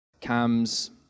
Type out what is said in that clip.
cams